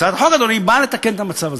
הצעת החוק, אדוני, באה לתקן את המצב הזה.